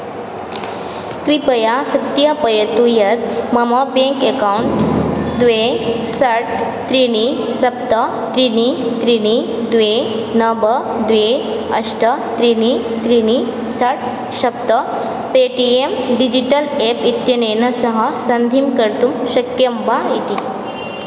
क्रिपया सत्यापयतु यत् मम एकौण्ट् द्वे षट् त्रीणि सप्त त्रीणि त्रीणि द्वे नव द्वे अष्ट त्रीणि त्रीणि षट् सप्त Paytm digital app इत्यनेन सह सन्धिं कर्तुं शक्यं वा इति